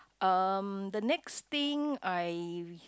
um the next thing I